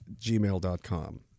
gmail.com